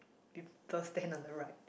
people stand on the right